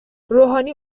روحانی